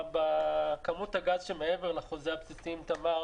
בכמות הגז שמעבר לחוזה הבסיסי עם תמר,